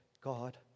God